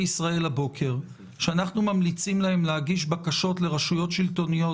ישראל הבוקר שאנחנו ממליצים להם להגיש בקשות לרשויות שלטוניות,